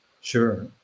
Sure